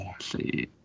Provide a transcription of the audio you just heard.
See